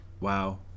Wow